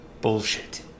bullshit